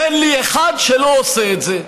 תן לי אחד שלא עושה את זה,